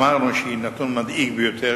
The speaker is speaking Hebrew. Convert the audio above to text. אמרנו שהיא נתון מדאיג ביותר,